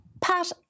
Pat